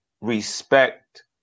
respect